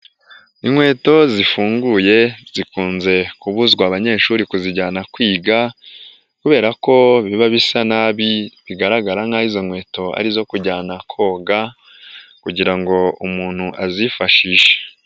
Inkweto zifunguye zikunze kubuzwa abanyeshuri kuzijyana kwiga, kubera ko biba bisa nabi bigaragara nkaho izo nkweto ari izo kujyana koga kugira ngo umuntu azifashishe.